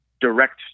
direct